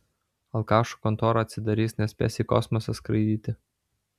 alkašų kontora atsidarys nespės į kosmosą skraidyti